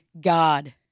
God